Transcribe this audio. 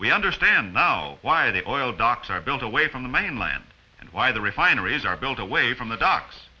we understand now why the ohio docks are built away from the mainland and why the refineries are built a way from the docks